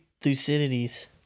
Thucydides